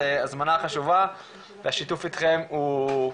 זו הזמנה חשובה והשיתוף איתכם הוא,